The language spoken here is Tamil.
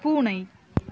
பூனை